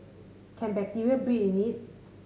can bacteria breed in it